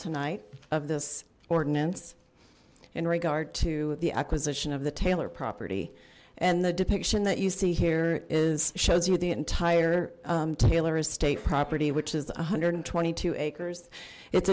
tonight of this ordinance in regard to the acquisition of the taylor property and the depiction that you see here is shows you the entire taylor estate property which is a hundred and twenty two acres it's